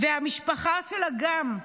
והמשפחה של אגם,